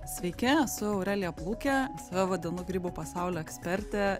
sveiki esu aurelija plūkė save vadinu grybų pasaulio eksperte